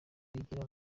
wagira